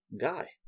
guy